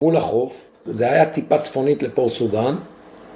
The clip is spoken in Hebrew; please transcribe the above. מול החוף, זה היה טיפה צפונית לפורט סודן